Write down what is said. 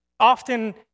Often